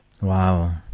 Wow